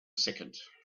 second